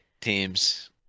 teams